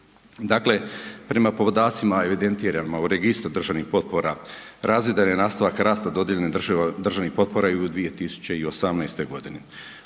Dakle prema podacima evidentirano u Registru državnih potpora razvidan je nastavak rasta dodijeljenih državnih potpora i u 2018. godini.